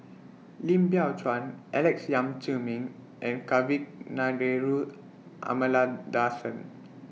Lim Biow Chuan Alex Yam Ziming and Kavignareru Amallathasan